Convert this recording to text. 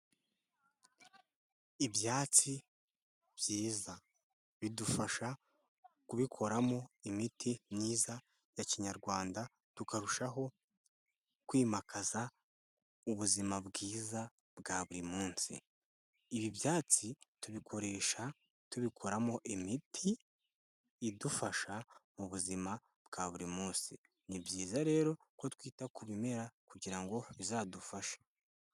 Ibyatsi byiza bidufasha kubikoramo imiti myiza ya kinyarwanda tukarushaho kwimakaza ubuzima bwiza bwa buri munsi, ibi byatsi tubikoresha tubikoramo imiti idufasha mu buzima bwa buri munsi, ni byiza rero ko twita ku bimera kugira ngo bizadufashe.